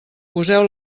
poseu